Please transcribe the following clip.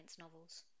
novels